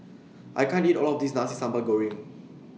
I can't eat All of This Nasi Sambal Goreng